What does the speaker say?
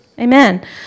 Amen